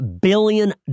billion